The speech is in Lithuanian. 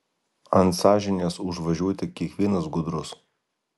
ant sąžinės užvažiuoti kiekvienas gudrus